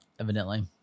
Evidently